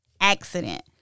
accident